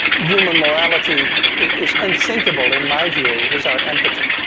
human morality is unthinkable in my view without empathy.